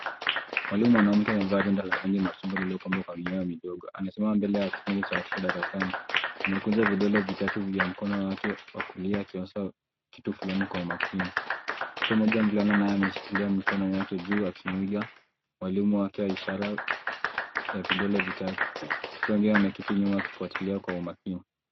Mwalimu mwanamke amevaa rinda la rangi machungwa lililopambwa kwa minyoya midogo. Anasimama mbele ya kikundi cha watoto darasani, wanaokuza vidole vitatu vya mkono wake wa kulia akionyesha kitu fulani kwa umakini. Mtoto mmoja mvulana naye ameshikilia mikono yake juu akimuiga mwalimu wake wa ishara ya vidole vitatu. Watoto wengine wameketi nyuma wakifuatilia kwa umakani